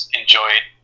enjoyed